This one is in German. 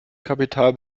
kapital